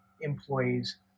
employees